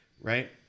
right